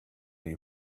you